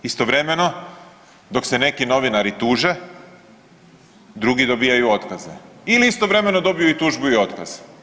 Istovremeno dok se neki novinari tuže drugi dobijaju otkaze ili istovremeno dobiju i tužbu i otkaz.